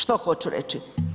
Što hoću reći?